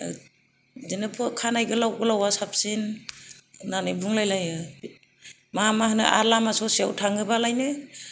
बिदिनो खानाइ गोलाव गोलावा साबसिन होननानै बुंलायलायो मा मा नो आरो लामा ससेयावनो थाङोबालायनो